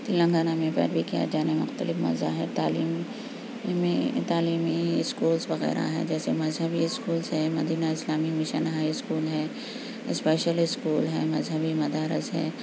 تلنگانہ میں جانے مختلف مذاہب تعلیم میں تعلیمی اسکولس وغیرہ ہیں جیسے مذہبی اسکولس ہیں Madina Islami mission high school ہے اسپیشل اسکول ہیں مذہبی مدارس ہیں